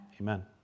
Amen